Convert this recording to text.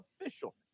official